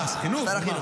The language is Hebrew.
אה, החינוך.